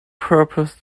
purpose